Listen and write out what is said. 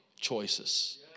choices